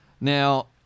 Now